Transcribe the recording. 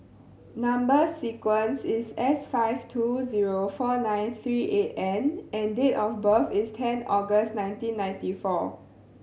number sequence is S five two zero four nine three eight N and date of birth is ten August nineteen ninety four